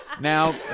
Now